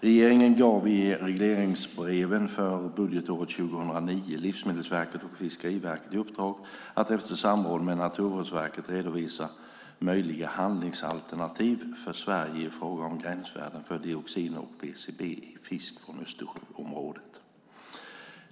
Regeringen gav i regleringsbreven för budgetåret 2009 Livsmedelsverket och Fiskeriverket i uppdrag att efter samråd med Naturvårdsverket redovisa möjliga handlingsalternativ för Sverige i fråga om gränsvärden för dioxiner och PCB i fisk från Östersjöområdet.